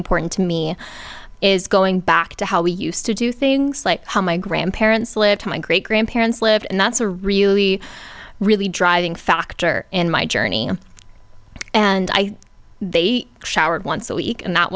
important me is going back to how we used to do things like how my grandparents lived to my great grandparents live and that's a really really driving factor in my journey and i showered once a week and that